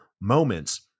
moments